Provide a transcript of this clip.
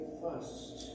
first